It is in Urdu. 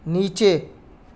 نیچے